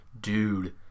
Dude